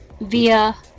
via